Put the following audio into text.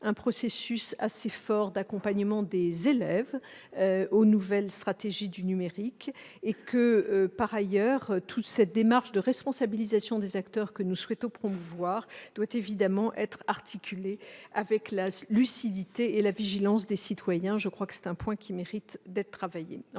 un processus assez fort d'accompagnement des élèves aux nouvelles stratégies du numérique et que toute la démarche de responsabilisation des acteurs que nous souhaitons par ailleurs promouvoir doit évidemment être articulée avec la lucidité et la vigilance des citoyens ; c'est un point qui mérite d'être travaillé.